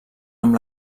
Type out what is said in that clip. amb